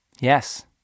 Yes